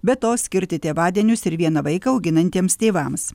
be to skirti tėvadienius ir vieną vaiką auginantiems tėvams